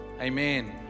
amen